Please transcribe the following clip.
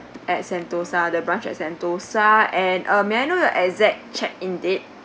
at Sentosa the branch at Sentosa and uh may I know the exact check in date